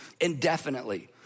indefinitely